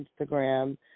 Instagram